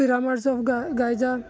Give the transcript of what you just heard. pyramids of ਗ ਗਾਇਜਾ